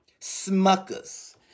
Smuckers